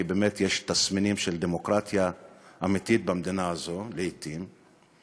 כי באמת יש תסמינים של דמוקרטיה אמיתית במדינה הזו לעתים,